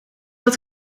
dat